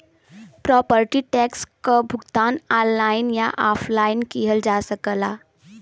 property tax क भुगतान online या ऑफलाइन किहल जा सकला